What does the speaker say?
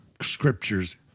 scriptures